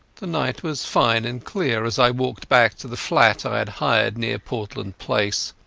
the night was fine and clear as i walked back to the flat i had hired near portland place.